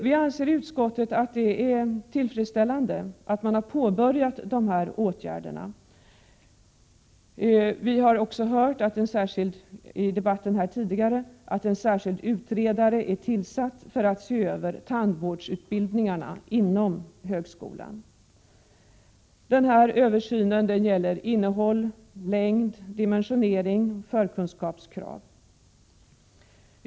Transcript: Vi anser i utskottet att det är tillfredsställande att man har påbörjat de här åtgärderna. Vi har också hört tidigare i debatten att en särskild utredare är tillsatt för att se över tandvårdsutbildningarna inom högskolan. Denna översyn gäller innehåll, längd, dimensionering och förkunskapskrav.